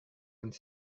vingt